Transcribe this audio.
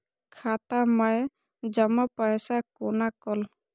खाता मैं जमा पैसा कोना कल